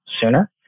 sooner